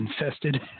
infested